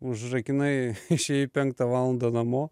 užrakinai išėjai penktą valandą namo